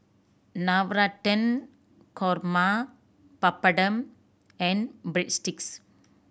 Navratan Korma Papadum and Breadsticks